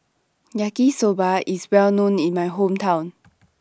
Yaki Soba IS Well known in My Hometown